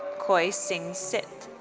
kui sing sit.